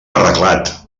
arreglat